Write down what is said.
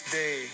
day